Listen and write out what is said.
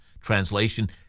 Translation